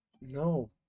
No